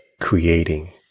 creating